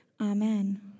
Amen